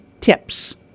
tips